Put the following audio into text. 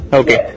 okay